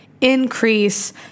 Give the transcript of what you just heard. increase